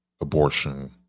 abortion